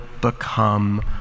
become